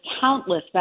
countless